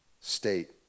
state